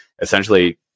essentially